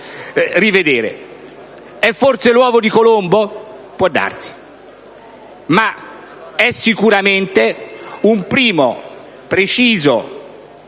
rivedere. È forse questo l'uovo di Colombo? Può darsi, ma è sicuramente un primo preciso